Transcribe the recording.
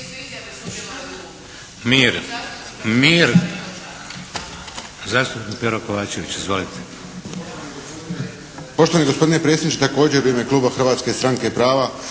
poštovani zastupnik Pero Kovačević. Izvolite.